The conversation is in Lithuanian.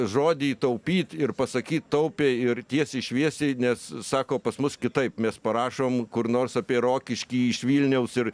žodį taupyt ir pasakyt taupiai ir tiesiai šviesiai nes sako pas mus kitaip mes parašom kur nors apie rokiškį iš vilniaus ir